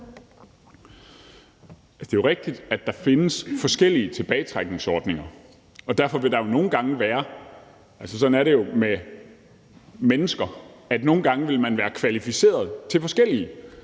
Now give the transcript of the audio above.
Det er jo rigtigt, at der findes forskellige tilbagetrækningsordninger, og at man nogle gange vil være – sådan er det jo med mennesker – kvalificeret til forskellige